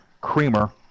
creamer